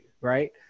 right